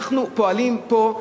אנחנו פועלים פה,